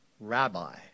Rabbi